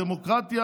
הדמוקרטיה